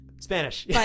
Spanish